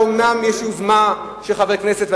אומנם יש יוזמה של חברי כנסת,